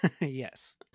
Yes